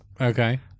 Okay